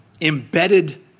embedded